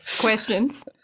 questions